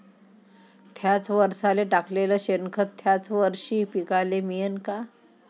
थ्याच वरसाले टाकलेलं शेनखत थ्याच वरशी पिकाले मिळन का?